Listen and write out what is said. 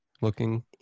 looking